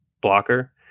blocker